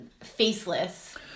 faceless